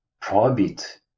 prohibit